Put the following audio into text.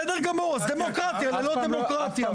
בסדר גמור, אז דמוקרטיה ללא דמוקרטיה.